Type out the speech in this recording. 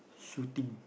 shooting